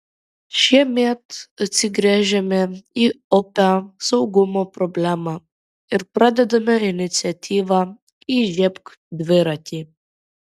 šiemet atsigręžėme į opią saugumo problemą ir pradedame iniciatyvą įžiebk dviratį